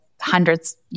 hundreds